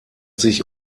sich